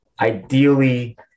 ideally